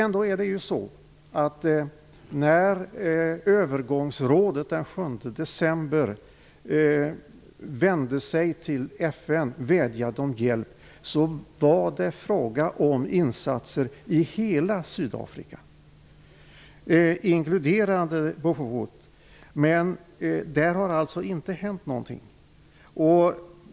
När övergångsrådet den 7 december vände sig till FN och vädjade om hjälp var det fråga om insatser i hela Sydafrika, inkluderande Bophuthatswana. Där har det alltså inte hänt någonting.